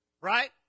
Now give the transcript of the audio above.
Right